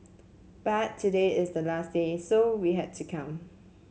but today is the last day so we had to come